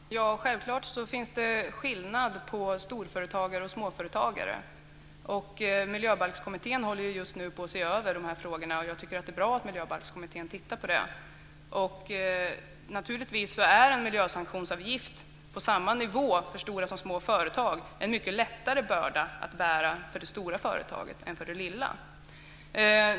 Herr talman! Självklart är det skillnad mellan storföretagare och småföretagare. Miljöbalkskommittén håller just nu på att se över dessa frågor, och det tycker jag är bra. En miljösanktionsavgift som är lika för alla är naturligtvis en mycket lättare börda att bära för det stora företaget än för det lilla företaget.